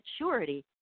maturity